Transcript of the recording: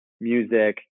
music